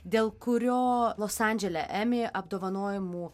dėl kurio los andžele emmy apdovanojimų